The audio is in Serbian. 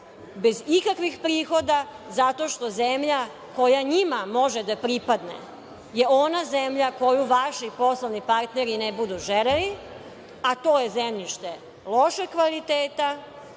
bez ikakvih prihoda zato što zemlja koja njima može da pripadne je ona zemlja koju vaši poslovni partneri ne budu želeli, a to je zemljište lošeg kvaliteta